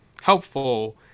helpful